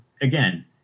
again